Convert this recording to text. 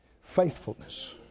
faithfulness